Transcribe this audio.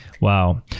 Wow